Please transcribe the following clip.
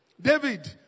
David